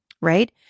right